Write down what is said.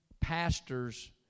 pastors